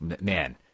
Man